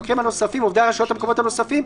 עובדי הרשויות המקומיות הנוספים,